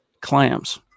clams